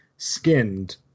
skinned